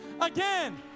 again